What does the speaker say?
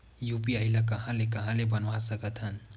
UPI ल कहां ले कहां ले बनवा सकत हन?